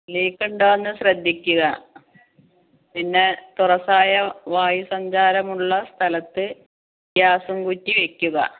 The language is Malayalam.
ലീക്കുണ്ടോയെന്ന് ശ്രദ്ധിക്കുക പിന്നെ തുറസ്സായ വായുസഞ്ചാരം ഉള്ള സ്ഥലത്തു ഗ്യാസും കുറ്റി വെക്കുക